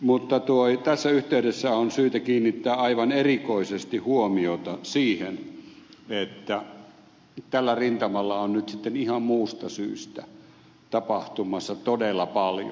mutta tässä yhteydessä on syytä kiinnittää aivan erikoisesti huomiota siihen että tällä rintamalla on nyt sitten ihan muusta syystä tapahtumassa todella paljon